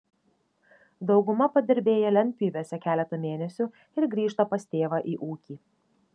dauguma padirbėja lentpjūvėse keletą mėnesių ir grįžta pas tėvą į ūkį